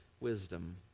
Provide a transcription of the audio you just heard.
wisdom